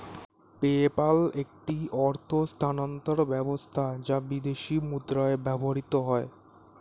PayPal একটি অর্থ স্থানান্তর ব্যবস্থা যা বিদেশী মুদ্রায় ব্যবহৃত হয়